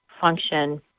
function